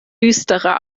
düstere